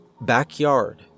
Backyard